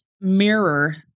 mirror